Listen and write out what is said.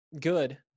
good